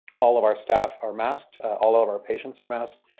all of our staff are masked, all ah of our patients are masked.